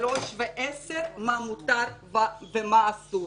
שלוש ועשר מה מותר ומה אסור.